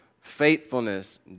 faithfulness